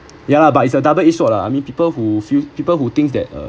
ya lah but it's a double edge sword ah I mean people who feel people who thinks that uh